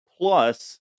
Plus